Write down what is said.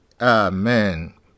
Amen